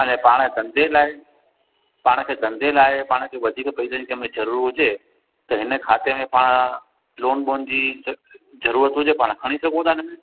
अने पाण धंधे लाइ पाण खे धंधे लाइ पाण खे वधीक पैसनि जी ज़रूरत हुजे त हिन खाते में पाण लोन वोन जी ज़रूरत हुजे पाण खे खणी सघूं था हिनमें